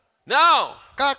Now